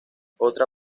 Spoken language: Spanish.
otra